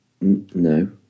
No